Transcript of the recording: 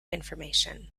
information